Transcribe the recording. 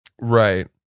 Right